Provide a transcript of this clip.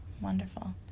wonderful